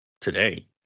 today